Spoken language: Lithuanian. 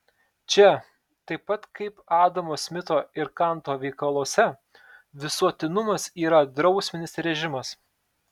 čia taip pat kaip adamo smito ir kanto veikaluose visuotinumas yra drausminis režimas